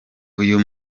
uyu